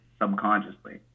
subconsciously